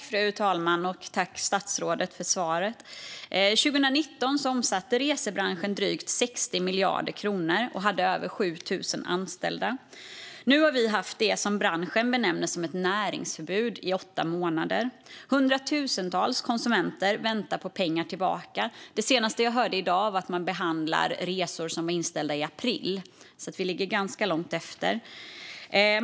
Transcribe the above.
Fru talman! Tack, statsrådet, för svaret! År 2019 omsatte resebranschen drygt 60 miljarder kronor och hade över 7 000 anställda. Nu har branschen haft det som man benämner som näringsförbud i åtta månader. Hundratusentals konsumenter väntar på att få pengar tillbaka. Det senaste jag hörde i dag var att man behandlar resor som ställdes in i april. Man ligger alltså ganska långt efter.